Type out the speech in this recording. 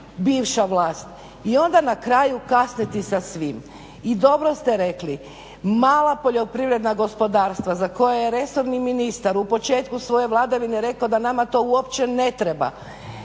bivša vlast i onda na kraju kasniti sa svim. I dobro ste rekli, mala poljoprivredna gospodarstva za koja je resorni ministar u početku svoje vladavine rekao da nama to uopće ne treba,